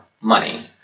money